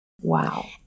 Wow